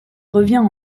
revient